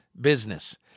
business